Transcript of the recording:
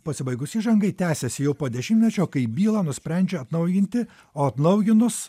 pasibaigus įžangai tęsiasi jau po dešimtmečio kai bylą nusprendžia atnaujinti o atnaujinus